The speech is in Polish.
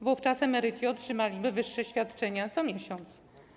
Wówczas emeryci otrzymywaliby wyższe świadczenia co miesiąc.